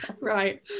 Right